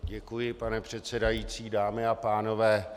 Děkuji, pane předsedající, dámy a pánové.